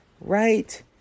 Right